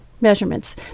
Measurements